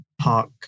Park